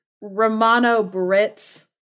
Romano-Brits